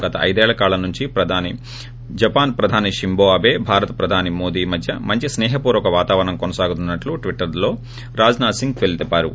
గత ఐదేళ్ల కాలం నుంచి జపాన్ ప్రధాని షింజో అబే భారత ప్రధాని మోదీ మధ్య మంచి స్పే హ పూర్వక వాతావరణం కొనసాగుతున్నట్లు ట్విట్టర్ లో రాజ్నాథ్సింగ్ తెలిపారు